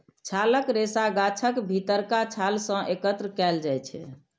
छालक रेशा गाछक भीतरका छाल सं एकत्र कैल जाइ छै